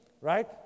right